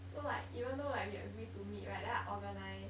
so like even though like we agree to meet right then I organise